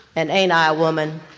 and ain't i a woman?